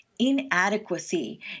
inadequacy